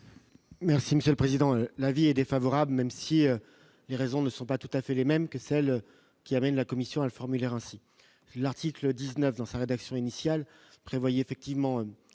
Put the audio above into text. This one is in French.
Merci Monsieur le Président, l'avis est défavorable, même si les raisons ne sont pas tout à fait les mêmes que celles qui amènent la Commission a le formulaire ainsi l'article 19 dans sa rédaction initiale prévoyait effectivement